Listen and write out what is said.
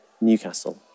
Newcastle